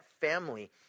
family